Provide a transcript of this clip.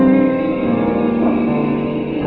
the